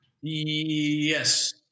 Yes